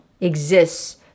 exists